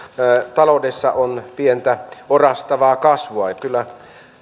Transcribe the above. taloudessa on pientä orastavaa kasvua kyllä